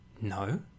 No